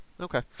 Okay